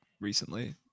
recently